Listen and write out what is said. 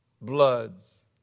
bloods